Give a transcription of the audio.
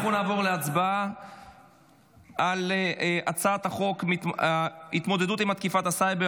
אנחנו נעבור להצבעה על הצעת חוק התמודדות עם תקיפות סייבר